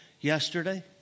yesterday